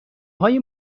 های